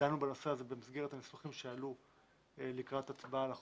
דנו בנושא הזה במסגרת הניסוחים שעלו לקראת הצבעה על החוק,